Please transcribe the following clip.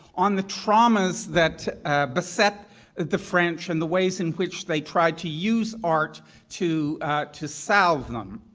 on the traumas that beset the french and the ways in which they try to use art to to salve them.